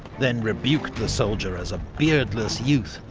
then rebuked the soldier as a beardless youth,